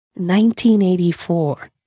1984